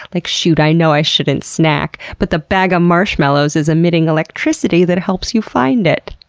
like, shoot, i know i shouldn't snack. but the bag of marshmallows is emitting electricity that helps you find it.